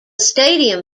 stadium